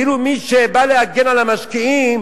כאילו מי שבא להגן על המשקיעים